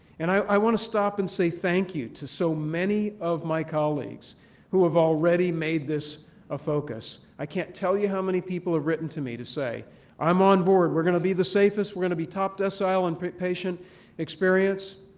and i want to stop and say thank you to so many of my colleagues who have already made this a focus. i can't tell you how many people have written to me to say i'm on board, we're going to be the safest, we're going to be top decile in patient experience,